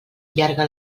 llarga